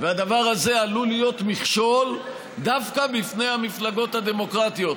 והדבר הזה עלול להיות מכשול דווקא בפני המפלגות הדמוקרטיות.